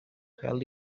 held